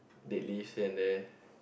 deadlifts stand there